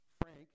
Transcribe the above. Frank